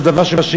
שזה דבר שבשגרה,